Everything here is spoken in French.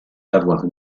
d’avoir